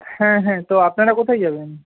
হ্যাঁ হ্যাঁ তো আপনারা কোথায় যাবেন